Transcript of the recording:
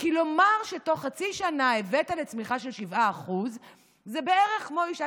כי לומר שתוך חצי שנה הבאת לצמיחה של 7% זה בערך כמו אישה